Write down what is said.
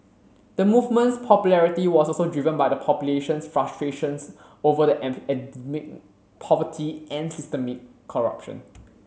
the movement's popularity was also driven by the population's frustrations over the endemic poverty and systemic corruption